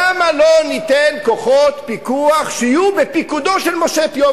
למה לא ניתן כוחות פיקוח שיהיו בפיקודו של משה טיומקין?